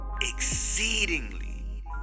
Exceedingly